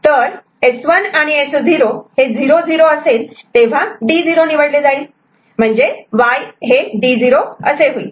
तर S1 आणि S0 हे 00 असेल तेव्हा D0 निवडले जाईल म्हणजे Y D0 असे होईल